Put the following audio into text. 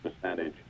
percentage